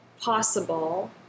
possible